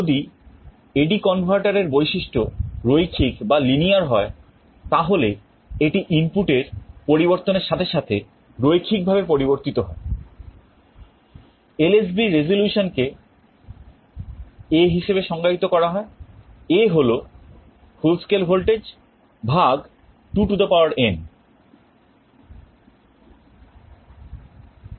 যদি AD converter এর বৈশিষ্ট্য রৈখিক কে A হিসেবে সংজ্ঞায়িত করা হয় A হল full scale voltage ভাগ 2n আমরা একটি উদাহরণ নিই